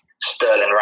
Sterling